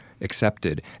accepted